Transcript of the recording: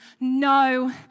no